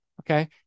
Okay